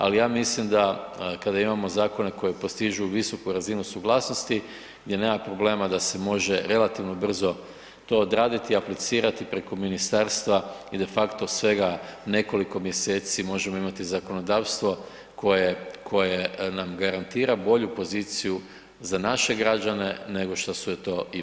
Ali ja mislim da kada imamo zakone koji postižu visoku razinu suglasnosti, gdje nema problema da se može relativno brzo to odraditi i aplicirati preko ministarstva i de facto svega nekoliko mjeseci možemo imati zakonodavstvo koje nam garantira bolju poziciju za naše građane nego šta su je to imali do sada.